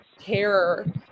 care